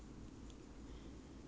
I don't know maybe not